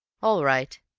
all right,